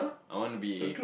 I wanna be